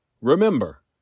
Remember